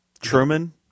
Truman